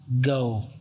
go